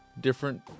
different